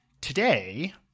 today